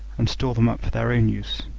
and store them up for their own use.